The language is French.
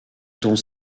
dont